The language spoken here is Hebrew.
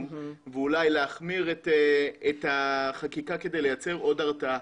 ואולי להחמיר את החקיקה כדי לייצר עוד הרתעה.